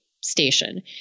station